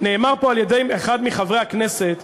נאמר פה על-ידי אחד מחברי הכנסת,